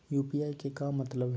UPI के का मतलब हई?